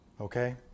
Okay